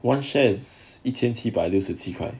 one shares 一千七百六十七块